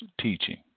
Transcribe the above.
teaching